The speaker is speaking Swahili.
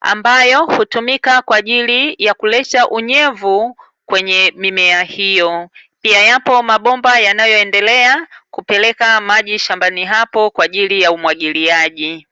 ambayo hutumika kwa ajili ya kuleta unyevu kwenye mimea hio. Pia yapo mabomba yanayo endelea kupeleka maji shambani hapo kwa ajili ya umwagiliaji.